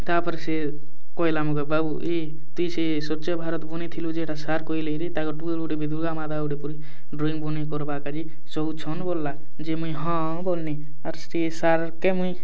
ତା'ର୍ପରେ ସିଏ କହେଲା ମତେ ବାବୁ ଏ ତୁଇ ସେ ସ୍ୱଚ୍ଛ ଭାରତ୍ ବନେଇଥିଲୁ ଯେ ହେଟା ସାର୍ କହେଲେ ରେ ତାଙ୍କର୍ ଟୁକେଲ୍ ଗୁଟେ ପରେ ଦୁର୍ଗା ମାତା ଗୁଟେ କରି ଡ୍ରଇଂ ବନେଇ କର୍ବା କା ଯେ କହୁଛନ୍ ବୋଏଲା ଯେ ମୁଇଁ ହଁ ବୋଏଲି ଆର୍ ସେ ସାର୍ କେ ମୁଇଁ